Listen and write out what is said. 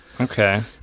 Okay